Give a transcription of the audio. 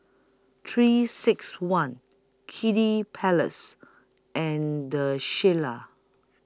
three six one Kiddy Palace and Shilla